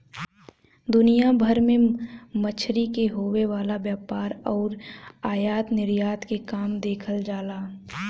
दुनिया भर में मछरी के होये वाला व्यापार आउर आयात निर्यात के काम देखल जाला